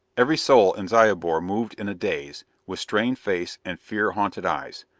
every soul in zyobor moved in a daze, with strained face and fear haunted eyes.